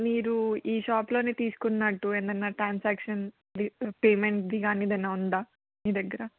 మీరు ఈ షాప్లోనే తీసుకున్నట్టు ఏదన్నా ట్రాన్సాక్షన్ ద పేమెంట్ది కాని ఏదన్నా ఉందా మీ దగ్గర